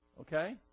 Okay